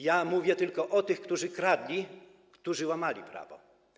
Ja mówię tylko o tych, którzy kradli, którzy łamali prawo.